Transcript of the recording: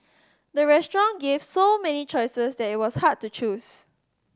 the restaurant gave so many choices that it was hard to choose